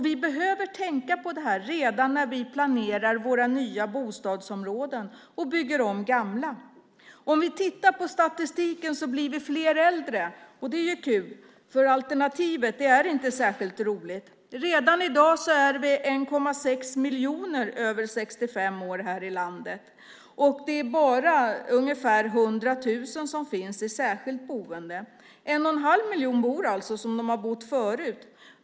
Vi behöver tänka på detta redan när vi planerar våra nya bostadsområden och bygger om gamla. Tittar vi på statistiken blir vi fler äldre. Det är ju kul, för alternativet är inte särskilt roligt. Redan i dag är vi 1,6 miljoner över 65 år i landet. Det är bara ungefär 100 000 som finns i särskilt boende. En och en halv miljon bor alltså som de har bott förut.